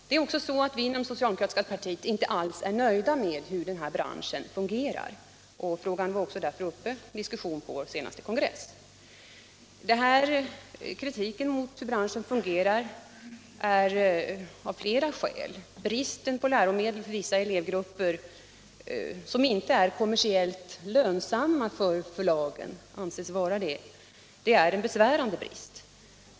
Inom det socialdemokratiska partiet är vi inte heller nöjda med hur läromedelsbranschen fungerar. Frågan var också uppe till diskussion på vår senaste kongress. Kritiken mot branschens sätt att fungera har flera orsaker. Bristen på läromedel för vissa elevgrupper som anses vara icke kommersiellt lönsamma för förlagen är mycket besvärande.